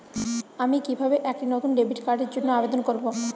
আমি কিভাবে একটি নতুন ডেবিট কার্ডের জন্য আবেদন করব?